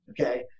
okay